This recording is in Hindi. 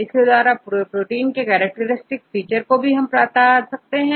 इसके द्वारा पूरे प्रोटीन के कैरेक्टरस्टिक फीचर जो उसकी विशेष प्रॉपर्टी बताते हैं देख सकते हैं